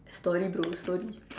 story bro story